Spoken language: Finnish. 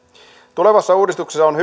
tulevassa uudistuksessa on